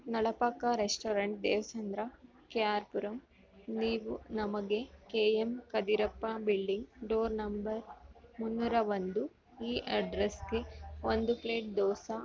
ನಳಪಾಕ restaurant Devasandra K R Puram ನೀವು ನಮಗೆ K M Kabirappa building door number ಮುನ್ನೂರ ಒಂದು ಈ ಅಡ್ರೆಸ್ಗೆ ಒಂದು ಪ್ಲೇಟ್ ದೋಸೆ